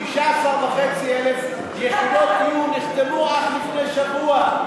16,500 יחידות דיור נחתמו אך לפני שבוע.